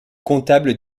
comptable